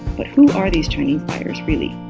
but who are these chinese buyers really?